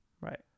Right